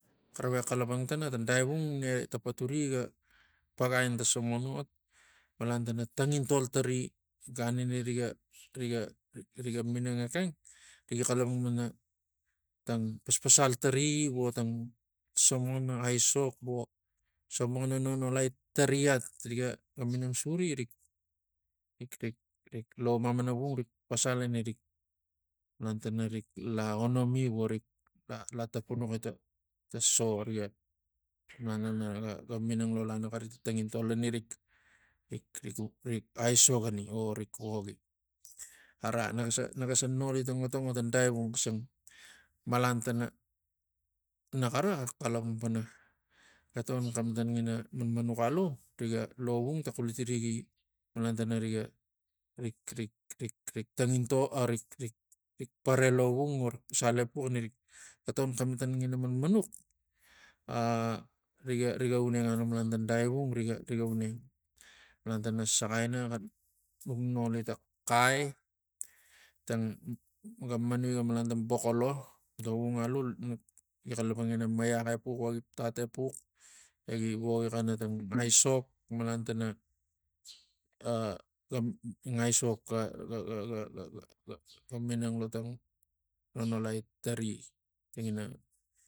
Xaravexa xalapang tana tang daivung ne ta paturi ga paga ini ta sobux an ol malan tana tangintol tori ganini riga riga riga minang ekeng riga xalapang pana tang tang tang paspasai tari vo tang vo ta somona aisok vo somona nonolai tari vo tong vo ta somona aisok vo somona nonolai tari at rig ga minang suri rik- rik- rik mamana vung. Rik pasal ina rik malan tana rik laonomi vo rik la latapunaxi ta so ta so riga malan tana rik laonomi vo rik la latapunaxi ta so ta so riga malan tana rik- rik- rik mamana vung. Rik pasal ina rik malan tana rik laonomi vo rik la latapunaxi ta so- ta so riga malana ga minang lo lanaxari tangintol ina rik- rik- rik aigokani o rik voki. Ara nagasa nagasa noli tang otang otang daivung xisang malan tana naxara xara xalapang pana ga togon xematon ngina manmanux aiu riga lovung ta xulitiri gi malan tang daivung riga riga uneng malan tana saxai ina nak vuk noli tang xai tang ga manui ga malan ta bogol o lovung aiu ga xalapangina maiax epux vo gi tat epux egi vagi xanatang aisok malantana tang aisok ga- ga- ga- ga minang lo tang nonolai tari tangina